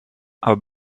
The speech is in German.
aber